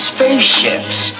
Spaceships